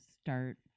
start